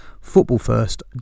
football-first